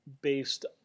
based